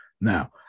Now